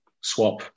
swap